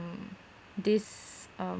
this um